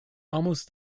almost